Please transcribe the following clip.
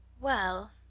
Well